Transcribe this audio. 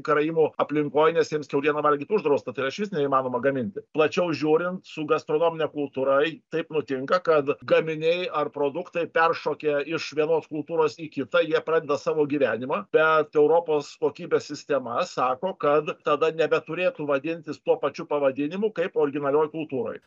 karaimų aplinkoj nes jiems kiaulieną valgyt uždrausta tai yra išvis neįmanoma gaminti plačiau žiūrint su gastronomine kultūra taip nutinka kad gaminiai ar produktai peršokę iš vienos kultūros į kitą jie pradeda savo gyvenimą bet europos kokybės sistema sako kad tada nebe turėtų vadintis tuo pačiu pavadinimu kaip originalioj kultūroj